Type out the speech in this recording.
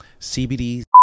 CBD